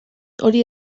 hori